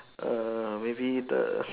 err maybe the